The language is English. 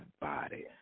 body